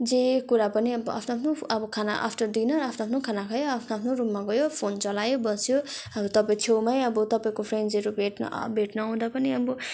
जे कुरा पनि अब आफ्नो आफ्नो अब खाना आफ्टर डिनर आफ्नो आफ्नो खाना खायो आफ्नो आफ्नो रूममा गयो फोन चलायो बस्यो अब तपाईँ छेउमै अब तपाईँको फ्रेन्डहरू भेट्न आ भेट्न आउँदा पनि अब